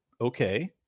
Okay